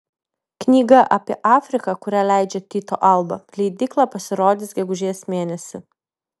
knyga apie afriką kurią leidžia tyto alba leidykla pasirodys gegužės mėnesį